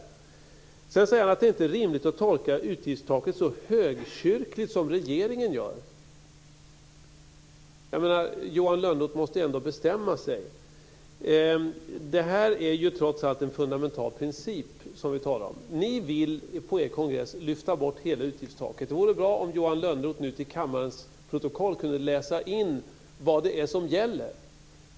Sedan säger Johan Lönnroth att det inte är rimligt att tolka utgiftstaket så högkyrkligt som regeringen gör. Johan Lönnroth måste ändå bestämma sig. Det här är ändå, trots allt, en så fundamental princip som vi talar om. Ni vill på er kongress lyfta bort hela utgiftstaket. Det vore bra om Johan Lönnroth till kammarens protokoll kunde läsa in vad det är som gäller.